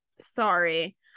Sorry